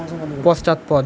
পশ্চাৎপদ